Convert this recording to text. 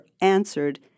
answered